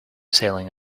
sailing